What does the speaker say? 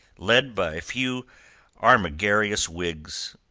led by a few armigerous whigs,